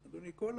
אדוני, כל